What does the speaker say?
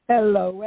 Hello